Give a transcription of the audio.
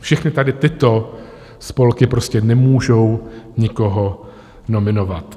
Všechny tady tyto spolky prostě nemůžou nikoho nominovat.